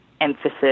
emphasis